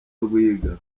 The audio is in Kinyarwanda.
rwiga